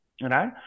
Right